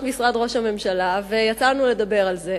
משרד ראש הממשלה ויצא לנו לדבר על זה,